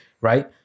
right